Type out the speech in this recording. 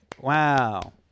Wow